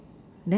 then